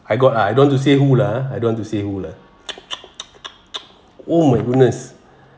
I got ah I don't want to say who lah I don't want to say who lah oh my goodness